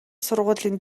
сургуулийн